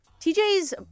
TJ's